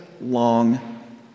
long